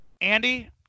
Andy